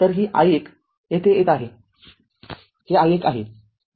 तर ही i१ येथे येत आहे हे r i१ आहे